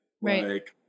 Right